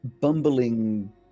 bumbling